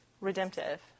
redemptive